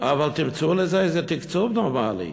אבל תמצאו לזה איזה תקצוב נורמלי.